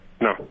No